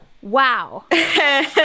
wow